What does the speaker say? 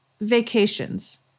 Vacations